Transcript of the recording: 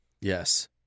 Yes